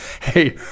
hey